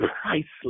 priceless